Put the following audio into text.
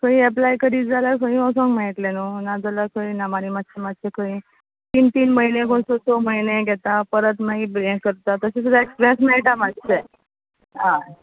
खंय एप्लाय करीत जाल्या खंयी वसोंक मेळटलें न्हू ना जाल्या खंय ना मानी मातशें मातशें खंय तीन तीन म्हयने कोण सो सो म्हयने घेता परत मागी ब हें करता तशें सुद्दां एक्सप्रियंस मेळटा मातशे हय